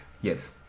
Yes